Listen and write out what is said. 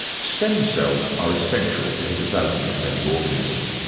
stem cells are essential to the development of any organism.